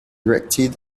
erected